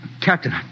Captain